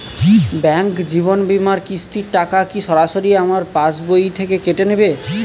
Bank জীবন বিমার কিস্তির টাকা কি সরাসরি আমার পাশ বই থেকে কেটে নিবে?